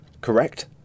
correct